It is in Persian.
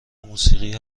موسیقی